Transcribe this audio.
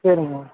சரிங்கம்மா